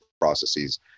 processes